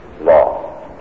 law